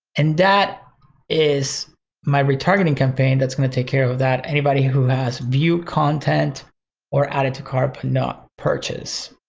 and that is my retargeting campaign that's gonna take care of that. anybody who has viewed content or added to cart but not purchased,